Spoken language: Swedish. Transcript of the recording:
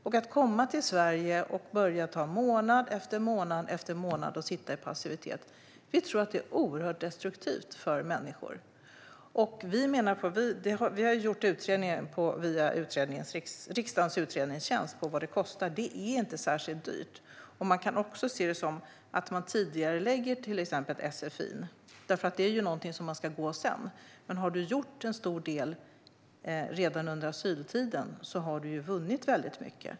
Vi tror att det är oerhört destruktivt för människor som kommit till Sverige att sitta i passivitet i månad efter månad. Vi har låtit riksdagens utredningstjänst utreda vad det kostar. Det är inte särskilt dyrt. Man kan också se det som ett tidigareläggande av till exempel sfi. Det är någonting som de ska läsa sedan. Men har de gjort en stor del redan under asyltiden har de vunnit mycket.